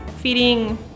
feeding